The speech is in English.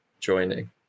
joining